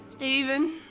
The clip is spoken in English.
Stephen